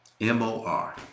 m-o-r